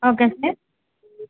okay sir